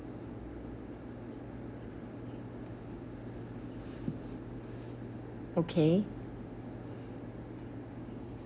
okay